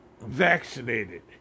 vaccinated